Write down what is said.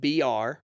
BR